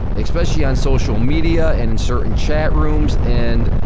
especially on social media and in certain chat rooms and,